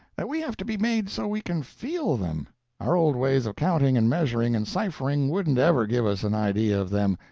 that we have to be made so we can feel them our old ways of counting and measuring and ciphering wouldn't ever give us an idea of them,